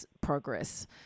progress